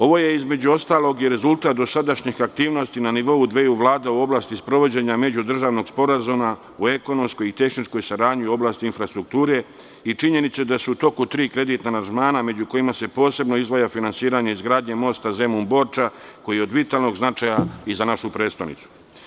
Ovo je između ostalog i rezultat dosadašnjih aktivnosti na nivou dveju vlada u oblasti sprovođenja međudržavnog sporazuma u ekonomskoj i tehničkoj saradnji u oblasti infrastrukture i činjenice da su u toku tri kreditna aranžmana, među kojima se posebno izdvaja finansiranje izgradnje mosta Zemun-Borča, koji je od vitalnog značaja i za našu prestonicu.